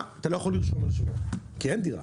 אי-אפשר לרשום על שמו את הדירה כי אין דירה.